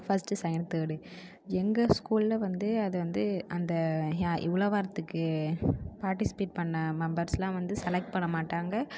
first second third எங்கள் ஸ்கூலில் வந்து அது வந்து அந்த உழவாரத்துக்கு பார்ட்டிசிபேட் பண்ண மெம்பர்ஸ்லாம் வந்து செலக்ட் பண்ண மாட்டாங்க